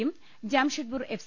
സിയും ജംഷഡ്പൂർ എഫ്